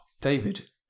David